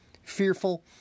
Fearful